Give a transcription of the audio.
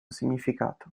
significato